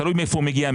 תלוי מהיכן הוא מגיע,